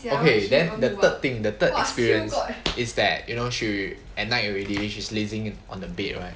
okay then the third thing the third experience is that you know she at night already she's lazing on the bed right